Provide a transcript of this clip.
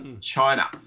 China